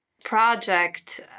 project